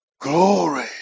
Glory